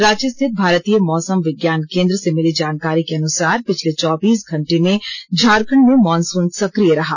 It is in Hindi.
रांची स्थित भारतीय मौसम विज्ञान केंद्र से मिली जानकारी के अनुसार पिछले चौबीस घंटे में झारखंड में मॉनसून सकिय रहा